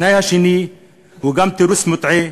התנאי השני הוא גם תירוץ מוטעה,